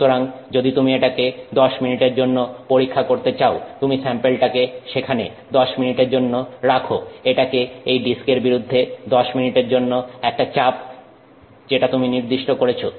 সুতরাং যদি তুমি এটাকে 10 মিনিটের জন্য পরীক্ষা করতে চাও তুমি স্যাম্পেলটাকে সেখানে 10 মিনিটের জন্য রাখো এটাকে এই ডিস্কের বিরুদ্ধে 10 মিনিটের জন্য একটা চাপ দাও যেটা তুমি নির্দিষ্ট করেছ